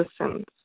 citizens